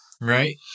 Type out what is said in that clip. right